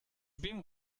been